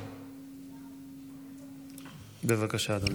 בבקשה, אדוני.